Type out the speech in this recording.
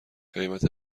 قیمت